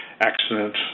accident